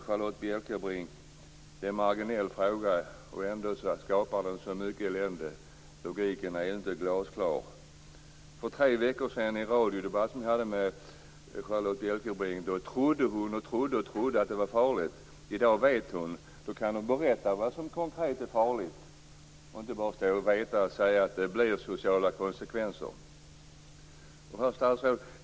Charlotte Bjälkebring säger att det är en marginell fråga. Men ändå sägs den skapa så mycket elände. Logiken är inte glasklar. För tre veckor sedan hade jag en radiodebatt med Charlotte Bjälkebring. Hon trodde då att det var farligt. I dag vet hon. Då kan hon berätta vad som konkret är farligt i stället för att bara säga att det blir sociala konsekvenser.